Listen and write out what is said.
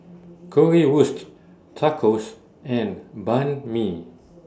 Currywurst Tacos and Banh MI